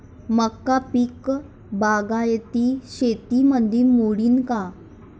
मका पीक बागायती शेतीमंदी मोडीन का?